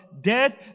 death